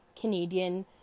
Canadian